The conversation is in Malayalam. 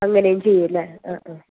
അങ്ങനെയും ചെയ്യും അല്ലേ ആ ആ